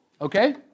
Okay